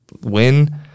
win